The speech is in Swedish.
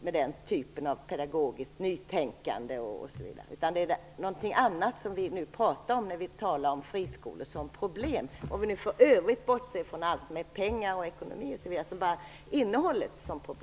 den typen av pedagogiskt nytänkande osv. som jag nämnde. Det är någonting annat som vi menar när vi talar om friskolor med problem - om vi för övrigt bortser från allt som har med pengar och ekonomi att göra och ser bara till innehållet.